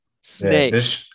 snake